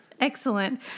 Excellent